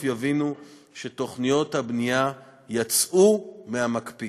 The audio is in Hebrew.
יבינו שתוכניות הבנייה יצאו מהמקפיא.